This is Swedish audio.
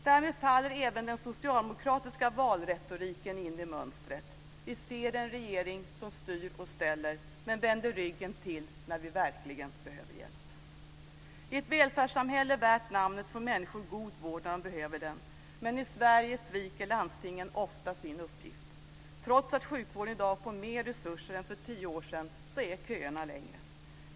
Därmed faller även den socialdemokratiska valretoriken in i mönstret. Vi ser en regering som styr och ställer, men som vänder ryggen till när vi verkligen behöver hjälp. I ett välfärdssamhälle värt namnet får människor god vård när de behöver det. Men i Sverige sviker landstingen ofta sin uppgift. Trots att sjukvården i dag får mer resurser än för tio år sedan är köerna längre.